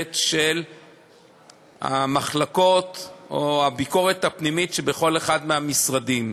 של המחלקות או הביקורת הפנימית שבכל אחד מהמשרדים.